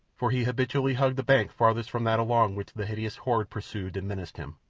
for he habitually hugged the bank farthest from that along which the hideous horde pursued and menaced him.